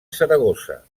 saragossa